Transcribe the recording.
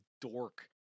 dork